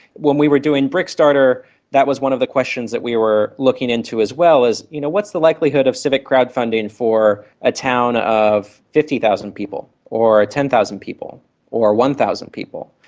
when we were doing brickstarter that was one of the questions that we were looking into as well you know what's the likelihood of civic crowd-funding for a town of fifty thousand people or ten thousand people or one thousand people?